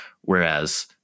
Whereas